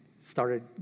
started